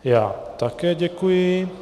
Já také děkuji.